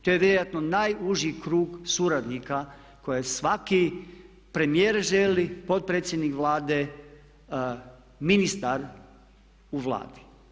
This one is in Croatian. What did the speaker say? To je vjerojatno najuži krug suradnika koje svaki premijer želi, potpredsjednik Vlade, ministar u Vladi.